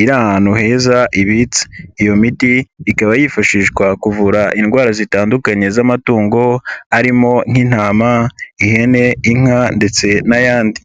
iri ahantu heza ibitse, iyo miti ikaba yifashishwa kuvura indwara zitandukanye z'amatungo arimo nk'intama, ihene, inka ndetse n'ayandi.